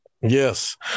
Yes